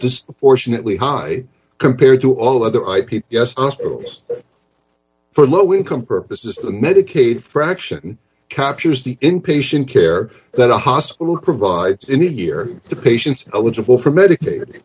disproportionately high compared to all other ip yes for low income purposes the medicaid fraction captures the inpatient care that a hospital provides in the year the patients eligible for medicaid